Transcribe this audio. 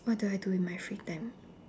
what do I do in my free time